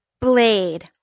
Blade